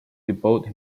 devote